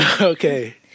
Okay